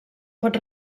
pot